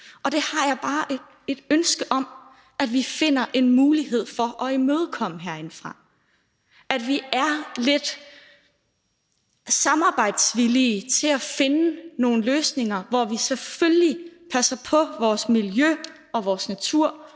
og det har jeg bare et ønske om at vi finder en mulighed for at imødekomme herindefra; at vi er lidt samarbejdsvillige i forhold til at finde nogle løsninger, hvor vi selvfølgelig passer på vores miljø og vores natur